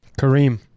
Kareem